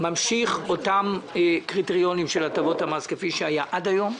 ממשיכים אותם קריטריונים של הטבות המס כפי שהיו עד היום.